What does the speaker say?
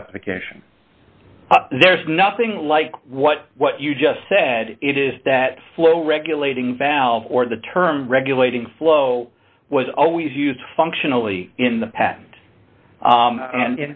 specification there's nothing like what what you just said it is that flow regulating valve or the term regulating flow was always used functionally in the past